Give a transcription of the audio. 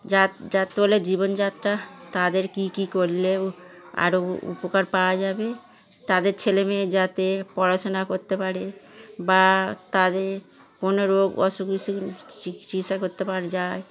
যা যা তলে জীবনযাত্রা তাদের কী কী করলে আরও উপকার পাওয়া যাবে তাদের ছেলেমেয়ে যাতে পড়াশোনা করতে পারে বা তাদের কোনো রোগ অসুখ বিসুক চিকিৎসা করতে পারা যায়